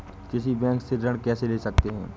किसी बैंक से ऋण कैसे ले सकते हैं?